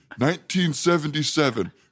1977